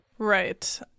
Right